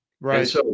Right